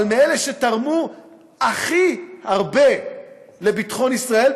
אבל הוא מאלה שתרמו הכי הרבה לביטחון ישראל,